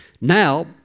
Now